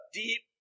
deep